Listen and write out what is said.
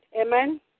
Amen